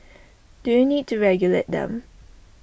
do you need to regulate them